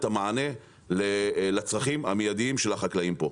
את המענה לצרכים המיידיים של החקלאים פה,